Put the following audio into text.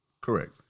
Correct